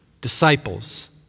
disciples